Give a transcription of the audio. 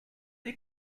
del